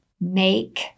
make